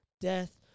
death